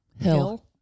Hill